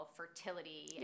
fertility